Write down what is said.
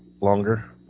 longer